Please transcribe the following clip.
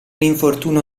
infortunio